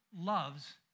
loves